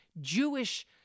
Jewish